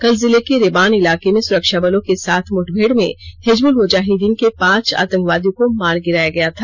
कल जिले के रेबान इलाके में सुरक्षाबलों के साथ मुठभेड़ में हिजबुल मुजाहिद्दीन के पांच आतंकवादियों को मार गिराया गया था